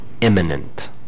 imminent